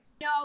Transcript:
No